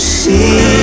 see